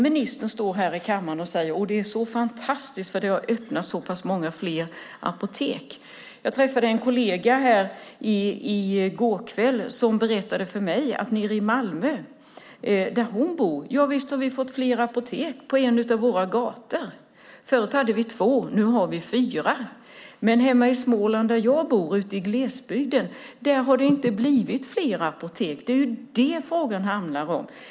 Ministern står här i kammaren och säger: Det är så fantastiskt, eftersom det har öppnats på många fler apotek. Jag träffade en kollega i går kväll. Hon berättade för mig hur det är nere i Malmö där hon bor. Hon sade: Visst har vi fått fler apotek på en av våra gator. Förut hade vi två, och nu har vi fyra. Men hemma i Småland där jag bor ute i glesbygden har det inte blivit fler apotek. Det är vad frågan handlar om.